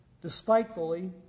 despitefully